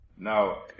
now